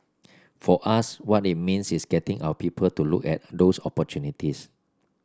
for us what it means is getting our people to look at those opportunities